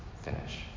finish